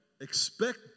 expect